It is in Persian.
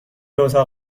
اتاق